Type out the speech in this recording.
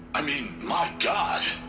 i mean, my god!